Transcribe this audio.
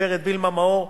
הגברת וילמה מאור,